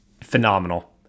Phenomenal